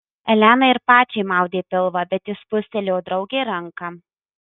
elenai ir pačiai maudė pilvą bet ji spustelėjo draugei ranką